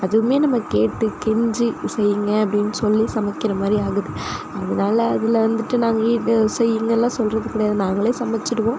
அதுவும் நம்ம கேட்டு கெஞ்சி செய்யுங்க அப்படின்னு சொல்லி சமைக்கிற மாதிரி ஆகுது அதனால அதில் வந்துட்டு நாங்கள் செய்யுங்க எல்லாம் சொல்லுறது கிடையாது நாங்களே சமைச்சிடுவோம்